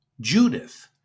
Judith